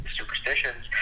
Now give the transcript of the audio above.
superstitions